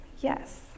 yes